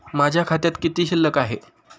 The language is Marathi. माझ्या खात्यात किती शिल्लक आहे?